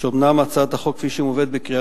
אומנם הצעת החוק כפי שהיא מובאת לקריאה